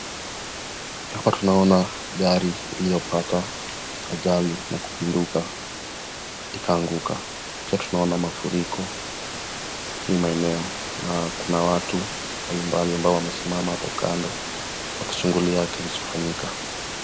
Hapa tunaona gari iliyopata ajali kupinduka ikaanguka, pia tunaona mafuriko hii maeneo na watu mbalimbali ambao wamesimama hapo kando wakichungulia kilichofanyika.